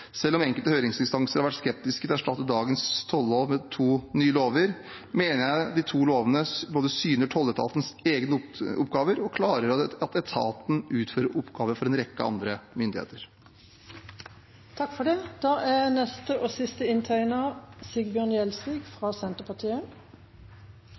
Selv om enkelte høringsinstanser har vært skeptiske til å erstatte dagens tollov med to nye lover, mener jeg de to lovene både synliggjør tolletatens egne oppgaver og klargjør at etaten utfører oppgaver for en rekke andre myndigheter. Jeg vil si at de synspunktene som representanten Steffensen tok til orde for på vegne av Fremskrittspartiet, er